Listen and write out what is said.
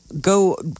go